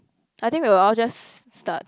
I think we'll all just start